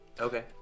Okay